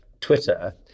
Twitter